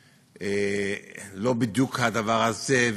לא בדיוק הדבר הזה,